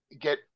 get